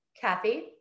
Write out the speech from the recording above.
Kathy